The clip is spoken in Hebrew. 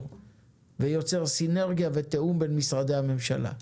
ויוצר סינרגיה ותיאום בין משרדי הממשלה,